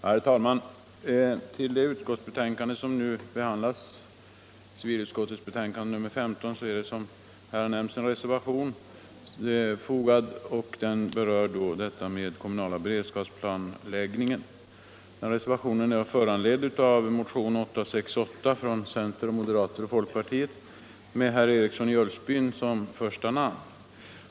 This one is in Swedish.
Herr talman! Till det utskottsbetänkande som nu behandlas har, som här har nämnts, fogats en reservation, avseende den kommunala beredskapsplanläggningen. Reservationen är föranledd av motionen 868 från center-, moderatoch folkpartiledamöter med herr Eriksson i Ulfsbyn som första namn.